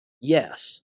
Yes